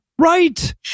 Right